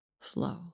slow